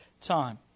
time